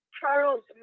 Charles